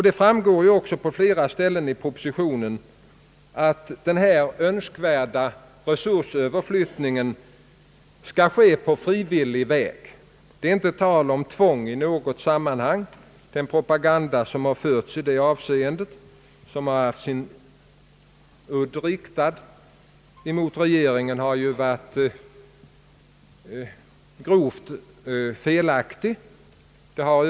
Det framgår ju också på flera ställen i propositionen, att den önskvärda resursöverflyttningen skall ske på frivillig väg. Tvång är det inte tal om i något sammanhang — den propaganda som förts i sådant avseende och som haft sin udd riktad mot regeringen har ju varit grovt felaktig.